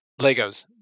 Legos